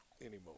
anymore